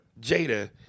Jada